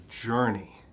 journey